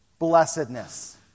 Blessedness